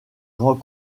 grand